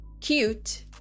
cute